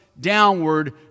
downward